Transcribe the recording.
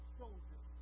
soldiers